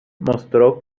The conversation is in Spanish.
mostró